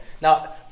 Now